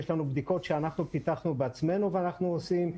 יש לנו בדיקות שאנחנו פיתחנו בעצמנו ואנחנו עושים.